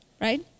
right